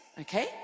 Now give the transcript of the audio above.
okay